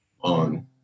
on